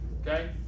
Okay